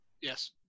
Yes